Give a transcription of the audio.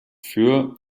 für